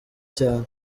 cyane